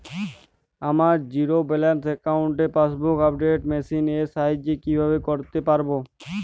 আমার zero balance অ্যাকাউন্টে passbook update machine এর সাহায্যে কীভাবে করতে পারব?